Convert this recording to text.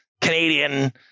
Canadian